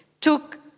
took